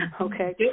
Okay